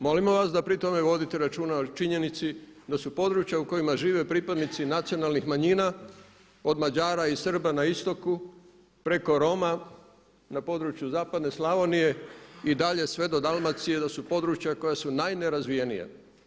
Molimo vas da pri tome vodite računa o činjenici da su područja u kojima žive pripadnici nacionalnih manjina od Mađara i Srba na istoku preko Roma na području zapadne Slavonije i dalje sve do Dalmacije da su područja koja su najnerazvijenija.